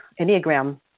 enneagram